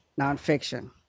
nonfiction